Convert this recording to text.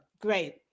great